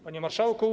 Panie Marszałku!